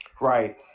Right